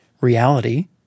reality